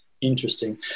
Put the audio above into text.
Interesting